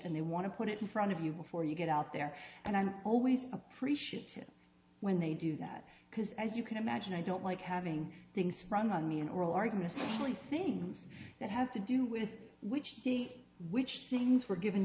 and they want to put it in front of you before you get out there and i'm always appreciated when they do that because as you can imagine i don't like having things from on me an oral argument only things that have to do with which which things were given